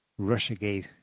Russiagate